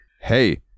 Hey